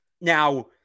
now